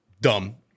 dumb